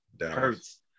Hurts